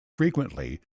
frequently